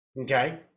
okay